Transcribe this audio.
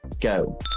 go